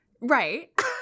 Right